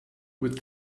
with